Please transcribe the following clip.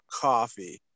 coffee